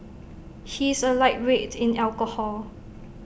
he is A lightweight in alcohol